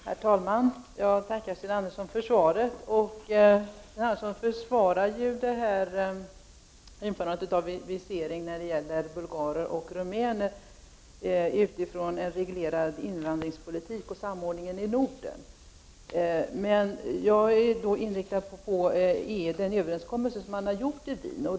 Herr talman! Jag tackar Sten Andersson för svaret. Utrikesministern försvarar införandet av visering för bulgarer och rumäner med att hänvisa till en reglerad invandringspolitik och samordningen i Norden. Jag har inriktat mig på den överenskommelse som har slutits i Wien.